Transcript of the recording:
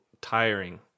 tiring